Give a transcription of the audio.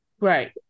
right